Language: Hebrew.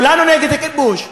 כולנו נגד הכיבוש,